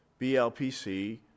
BLPC